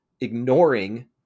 ignoring